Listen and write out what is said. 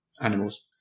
animals